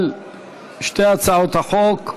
על שתי הצעות החוק.